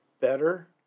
better